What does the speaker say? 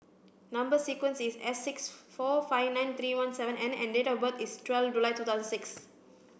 number sequence is S six four five nine three one seven N and date of birth is twelve July two thousand six